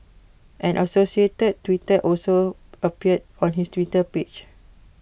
an associated tweet also appeared on his Twitter page